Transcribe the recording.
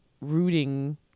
rooting